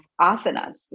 asanas